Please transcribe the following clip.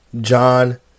John